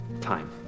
time